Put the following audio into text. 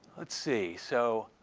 let's see, so